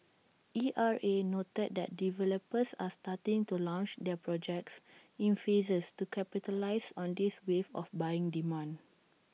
E R A noted that developers are starting to launch their projects in phases to capitalise on this wave of buying demand